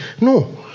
No